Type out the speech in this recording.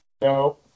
No